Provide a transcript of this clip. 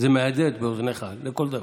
זה מהדהד באוזניך לכל דבר.